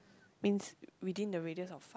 means within the radius of